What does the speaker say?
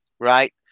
Right